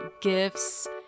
gifts